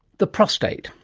the prostate.